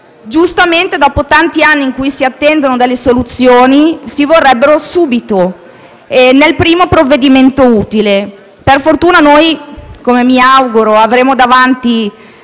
Giustamente, dopo tanti anni in cui si attendono delle soluzioni, le si vorrebbero subito, nel primo provvedimento utile. Per fortuna noi, come mi auguro, avremo davanti